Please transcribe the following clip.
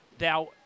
Now